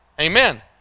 Amen